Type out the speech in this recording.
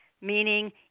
meaning